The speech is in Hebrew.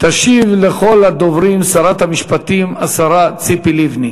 תשיב לכל הדוברים שרת המשפטים ציפי לבני.